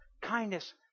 kindness